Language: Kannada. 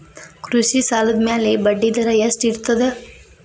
ಕೃಷಿ ಸಾಲದ ಮ್ಯಾಲೆ ಬಡ್ಡಿದರಾ ಎಷ್ಟ ಇರ್ತದ?